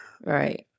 Right